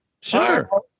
Sure